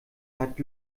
hat